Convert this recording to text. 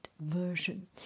version